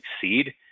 succeed